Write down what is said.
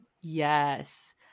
yes